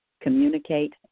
communicate